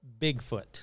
Bigfoot